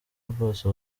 rwose